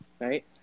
right